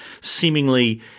seemingly